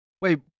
Wait